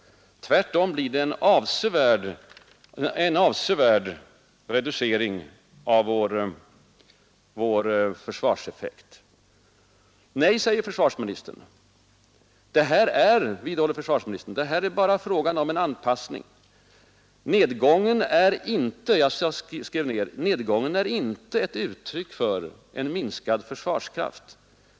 Tvärtom uppstår en avsevärd reducering av vår försvarskraft. Nej, säger försvarsministern, och vidhåller att det bara är fråga om en anpassning till högre kvalitet. Nedgången är inte — jag skrev upp det ”ett uttryck för en minskad försvarskraft”.